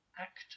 act